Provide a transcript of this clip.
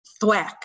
Thwack